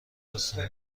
درسته